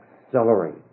accelerate